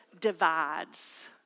divides